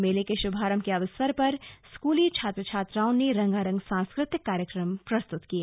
मेले के शुभारंभ के अवसर पर स्कूली छात्र छात्राओं ने रंगारंग सांस्कृतिक कार्यक्रम प्रस्तुत किए